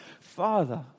Father